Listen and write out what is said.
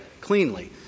cleanly